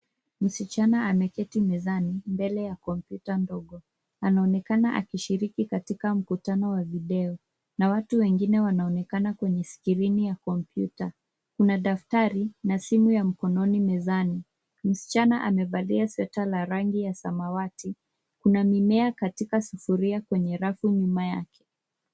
Msichana ameketi mezani mbele ya kompyuta ndogo. Anaonekana akishiriki katika mkutano wa video na watu wengine wanaonekana kwenye skrini ya kompyuta. Kuna daftari na simu ya mkononi mezani. Msichana amevalia sweta la rangi ya samawati. Kuna mimea katika sufuria kwenye rafu nyuma yake.